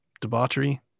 debauchery